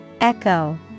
Echo